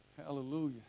Hallelujah